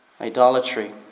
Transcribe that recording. idolatry